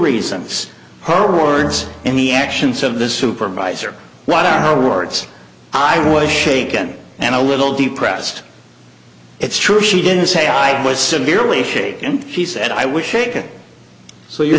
reasons her words and the actions of the supervisor what are her words i was shaken and a little depressed it's true she didn't say i was severely shaken she said i was shaken so your